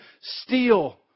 steal